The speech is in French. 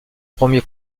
premier